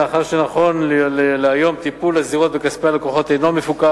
מאחר שנכון להיום טיפול הזירות בכספי הלקוחות אינו מפוקח,